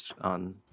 on